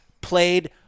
played